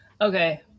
Okay